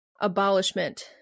abolishment